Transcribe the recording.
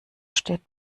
steht